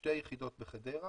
שתי יחידות בחדרה